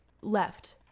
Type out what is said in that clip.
left